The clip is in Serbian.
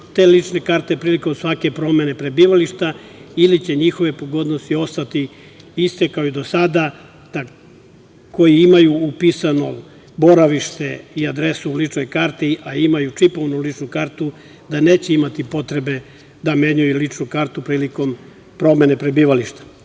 te lične karte prilikom svake promene prebivališta ili će njihove pogodnosti ostati iste kao i do sada, koji imaju upisano boravište i adresu u ličnoj karti, a imaju čipovanu ličnu kartu, da neće imati potrebe da menjaju ličnu prilikom promene prebivališta.